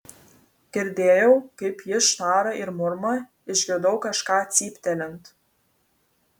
girdėjau kaip ji šnara ir murma išgirdau kažką cyptelint